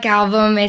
album